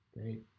great